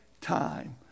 time